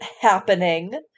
happening